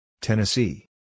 Tennessee